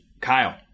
Kyle